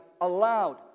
allowed